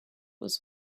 was